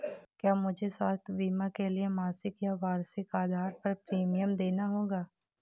क्या मुझे स्वास्थ्य बीमा के लिए मासिक या वार्षिक आधार पर प्रीमियम देना होगा?